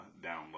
download